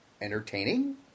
entertaining